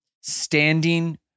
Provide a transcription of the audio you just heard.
standing